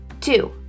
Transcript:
Two